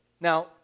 Now